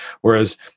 Whereas